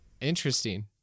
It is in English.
Interesting